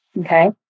Okay